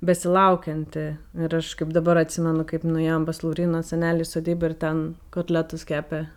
besilaukianti ir aš kaip dabar atsimenu kaip nuėjom pas lauryną senelį į sodybą ir ten kotletus kepė